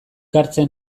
hartzen